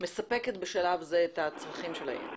מספקת בשלב זה את הצרכים של העיר.